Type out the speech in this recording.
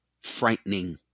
frightening